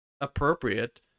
appropriate